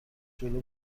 جلو